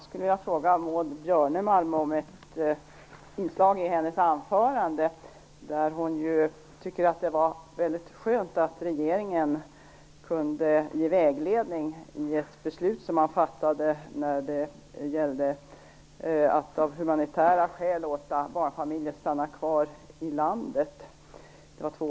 Fru talman! Maud Björnemalm sade i sitt anförande att hon tyckte att det var väldigt skönt att regeringen kunde ge vägledning i två beslut som fattades i oktober i år. De handlade om att man av humanitära skäl lät en barnfamilj stanna kvar i landet.